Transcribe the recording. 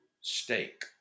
steak